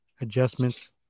adjustments